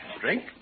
Drink